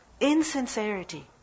insincerity